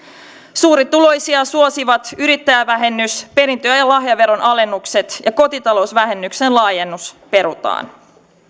suurituloisia suosivat yrittäjävähennys perintö ja ja lahjaveron alennukset ja kotitalousvähennyksen laajennus perutaan